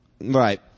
Right